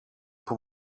πού